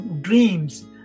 dreams